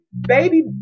baby